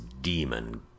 demon